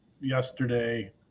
yesterday